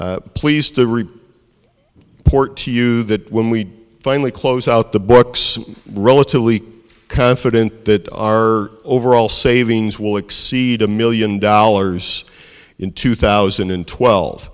pleased to read port to you that when we finally close out the books relatively confident that our overall savings will exceed a million dollars in two thousand and twelve